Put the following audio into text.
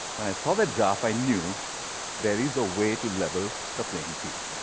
when i saw that graph i knew there is a way to level the playing field.